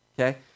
okay